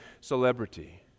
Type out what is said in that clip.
celebrity